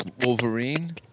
Wolverine